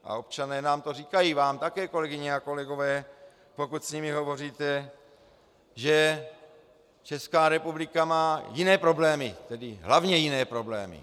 A občané nám to říkají, vám také, kolegyně a kolegové, pokud s nimi hovoříte, že Česká republika má jiné problémy, tedy hlavně jiné problémy.